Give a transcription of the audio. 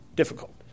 difficult